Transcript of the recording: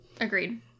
Agreed